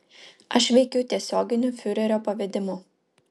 aš veikiu tiesioginiu fiurerio pavedimu